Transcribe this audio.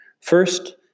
First